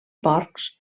porcs